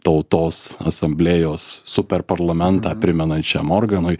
tautos asamblėjos super parlamentą primenančią morganui